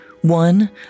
One